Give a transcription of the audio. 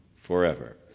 Forever